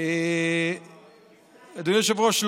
אדוני היושב-ראש,